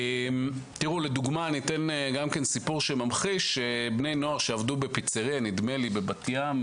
לדוגמא, בני נוער עבדו בפיצרייה בבת ים,